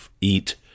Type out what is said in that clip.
eat